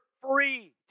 free